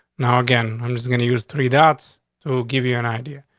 now, again, i'm just going to use three dots to give you an idea.